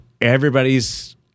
everybody's